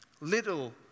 little